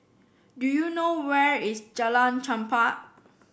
do you know where is Jalan Chempah